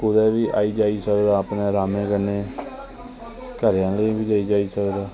कुदै बी आई जाई सकदा आरामै नै घरैं आह्लै बी लेई जाई सकदा